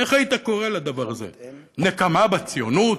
איך היית קורא לדבר הזה: נקמה בציונות?